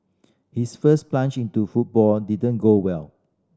his first plunge into football didn't go well